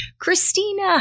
Christina